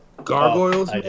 Gargoyles